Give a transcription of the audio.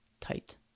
tight